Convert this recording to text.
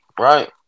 right